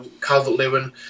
Calvert-Lewin